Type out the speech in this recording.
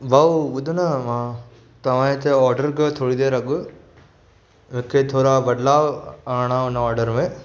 भाऊ ॿुधु न मां तव्हांजे इते ओर्डर कयो थोरी देर अॻु मूंखे थोरा बदलाव आणणा हुआ ओर्डर में